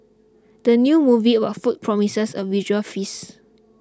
the new movie about food promises a visual feast